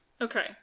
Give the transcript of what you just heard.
Okay